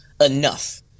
enough